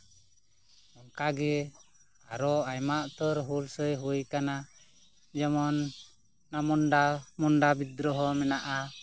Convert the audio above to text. ᱚᱝᱠᱟᱜᱮ ᱟᱨᱚ ᱟᱭᱢᱟ ᱩᱛᱟᱹᱨ ᱦᱩᱞᱥᱟᱹᱭ ᱦᱩᱭᱟᱠᱟᱱᱟ ᱡᱮᱢᱚᱱ ᱚᱱᱟ ᱢᱩᱱᱰᱟ ᱵᱤᱫᱽᱫᱨᱳᱦᱚ ᱢᱮᱱᱟᱜᱼᱟ